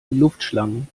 luftschlangen